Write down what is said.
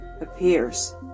appears